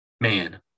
man